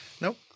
nope